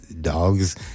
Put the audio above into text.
dogs